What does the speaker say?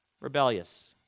rebellious